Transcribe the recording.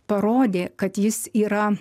parodė kad jis yra